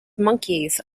monkeys